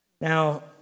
Now